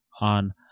on